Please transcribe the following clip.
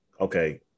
okay